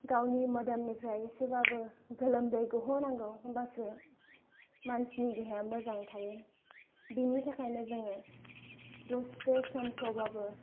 गावनि मोदोमनिफ्राय एसेबाबो गोलोमदै गहोनांगौ होमबासो मानसिनि देहाया मोजां थायो बिनि थाखायनो जोङो दसे समखौबाबो